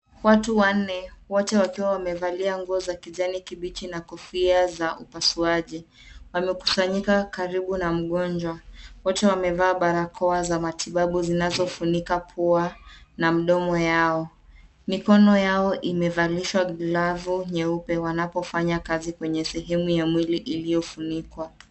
Watu wanne, wote wakiwa wamevalia nguo za kijani kibichi na kofia za upasuaji, wamekusanyika karibu na mgonjwa. Wote wamevaa barakoa za matibabu zinazofunika pua na midomo yao. Mikono yao imevalishwa glavu nyeupe wanapofanya kazi kwenye sehemu ya mwili iliyofunikwa.